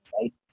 right